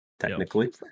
Technically